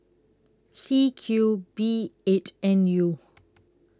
C Q B eight N U